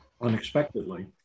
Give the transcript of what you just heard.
unexpectedly